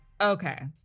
Okay